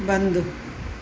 बंदि